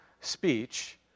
speech